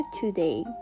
today